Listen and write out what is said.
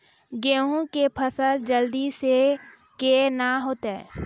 गेहूँ के फसल जल्दी से के ना होते?